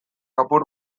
apur